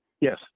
Yes